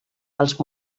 els